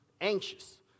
anxious